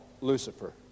Lucifer